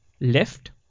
left